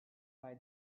why